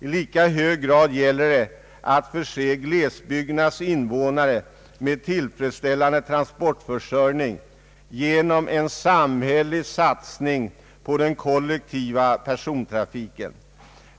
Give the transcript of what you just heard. I lika hög grad gäller det att förse glesbygdernas invånare med tillfredsställande transportförsörjning genom en samhällelig satsning på den kollektiva persontrafiken.